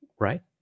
right